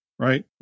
Right